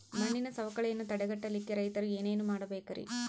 ಮಣ್ಣಿನ ಸವಕಳಿಯನ್ನ ತಡೆಗಟ್ಟಲಿಕ್ಕೆ ರೈತರು ಏನೇನು ಮಾಡಬೇಕರಿ?